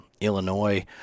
Illinois